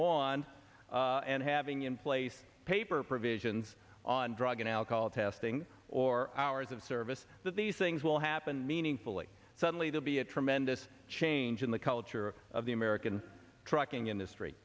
wand and having in place paper provisions on drug and alcohol testing or hours of service that these things will happen meaningfully suddenly to be a tremendous change in the culture of the american trucking industry